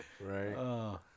Right